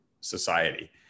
society